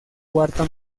cuarta